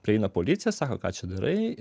prieina policija sako ką čia darai